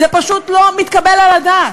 זה פשוט לא מתקבל על הדעת.